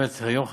באמת יום חשוב,